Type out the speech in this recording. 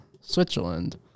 Switzerland